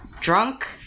drunk